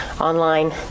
online